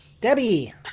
Debbie